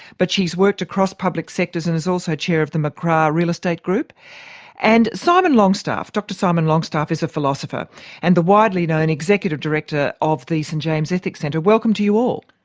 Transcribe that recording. but she's worked across public sectors and is also chair of the mcgrath real estate group and simon longstaff, dr simon longstaff, is a philosopher and the widely known executive director of the st james ethics centre. welcome to you all.